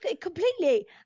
completely